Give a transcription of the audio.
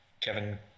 Kevin